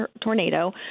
Tornado